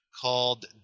called